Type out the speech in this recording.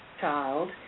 child